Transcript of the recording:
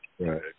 right